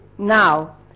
Now